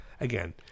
again